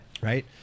Right